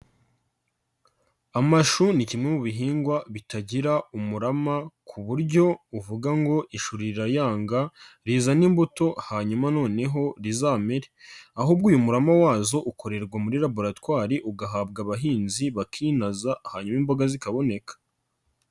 Amashu ni kimwe mu bihingwa bitagira umurama ku buryo uvuga ngo ishuri rirayanga, rizana imbuto, hanyuma noneho rizamere. ahubwo uyu murama wazo ukorerwa muri laboratwari, ugahabwa abahinzi, bakinza ,hanyuma imboga zikaboneka.